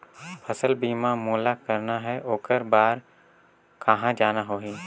फसल बीमा मोला करना हे ओकर बार कहा जाना होही?